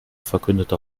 verkündete